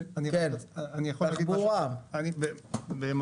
נציג משרד התחבורה, בבקשה.